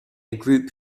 group